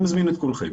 אני מזמין את כולכם,